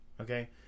Okay